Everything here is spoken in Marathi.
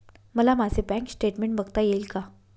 मला माझे बँक स्टेटमेन्ट बघता येईल का?